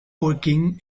working